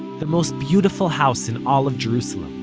the most beautiful house in all of jerusalem.